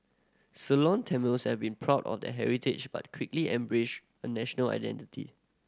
Ceylon Tamils have been proud of their heritage but quickly embraced a national identity